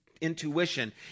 intuition